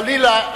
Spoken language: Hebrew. חלילה,